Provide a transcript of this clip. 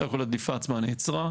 בסך הכול הדליפה עצמה נעצרה.